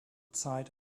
zeit